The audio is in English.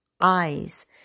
eyes